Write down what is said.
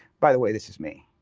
by the way, this is me.